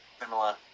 Similar